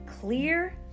clear